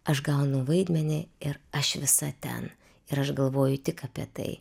aš gaunu vaidmenį ir aš visa ten ir aš galvoju tik apie tai